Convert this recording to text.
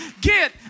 Get